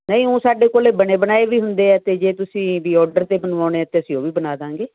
ਨਹੀਂ ਉਹ ਸਾਡੇ ਕੋਲ ਬਣੇ ਬਣਾਏ ਵੀ ਹੁੰਦੇ ਆ ਅਤੇ ਜੇ ਤੁਸੀਂ ਵੀ ਆਰਡਰ 'ਤੇ ਬਣਵਾਉਣੇ ਤਾਂ ਅਸੀਂ ਉਹ ਵੀ ਬਣਾ ਦਵਾਂਗੇ